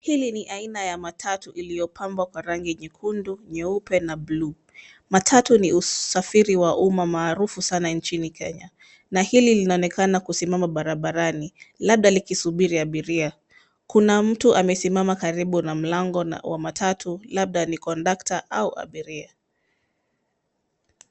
Hili ni aina ya matatu iliyopambwa kwa rangi nyekundu, nyeupe, na blue . Matatu ni usafiri wa uma maarufu sana nchini Kenya, na hili linaonekana kusimama barabarani, labda likisubiri abiria. Kuna mtu amesimama karibu na mlango wa matatu, labda ni kondakta au abiria.